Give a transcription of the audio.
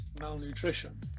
malnutrition